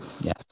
Yes